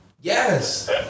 Yes